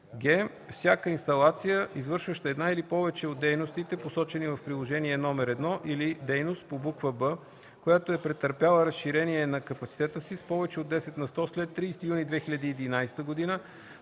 г) всяка инсталация, извършваща една или повече от дейностите, посочени в Приложение № 1, или дейност по буква „б”, която е претърпяла разширение на капацитета си с повече от 10 на сто след 30 юни 2011 г.,